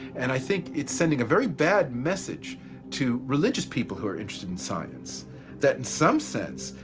and i think it's sending a very bad message to religious people who are interested in science that in some sense,